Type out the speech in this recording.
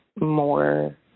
more